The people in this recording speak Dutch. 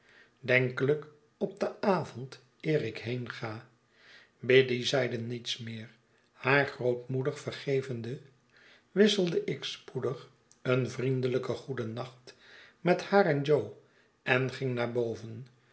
denkelijk op den avond eer ik heenga biddy zeide niets meer haar grootmoedig vergevende wisselde ik spoedig een vriendelijk goedennacht met haar en jo en ging naar boven